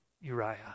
Uriah